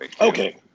Okay